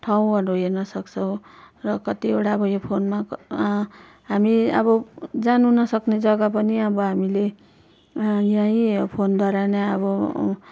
ठाउँहरू हेर्न सक्छौँ र कतिवडा अब यो फोनमा हामी अब जानु नसक्ने जग्गा पनि अब हामीले यहीँ फोनद्वारा नै अब